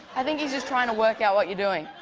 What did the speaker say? i think he's just trying to work out what you're doing.